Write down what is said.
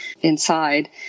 inside